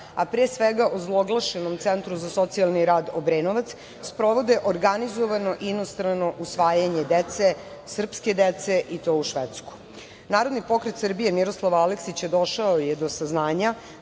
a pre svega ozloglašenom Centru za socijalni rad Obrenovac sprovode organizovano inostrano usvajanje dece, srpske dece i to u Švedsku. Narodni pokret Srbije - Miroslava Aleksića došao je do saznanja